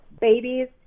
babies